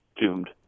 doomed